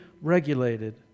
regulated